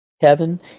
Kevin